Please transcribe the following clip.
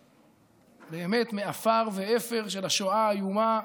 באמת, מעפר ואפר של השואה האיומה,